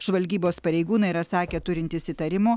žvalgybos pareigūnai yra sakę turintys įtarimų